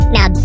Now